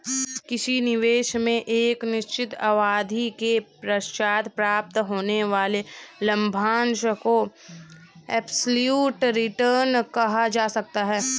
किसी निवेश में एक निश्चित अवधि के पश्चात प्राप्त होने वाले लाभांश को एब्सलूट रिटर्न कहा जा सकता है